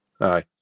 Aye